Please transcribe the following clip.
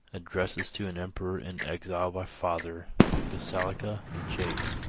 addressed to an emperor in exile by father gassalasca jape,